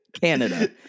Canada